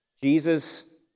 Jesus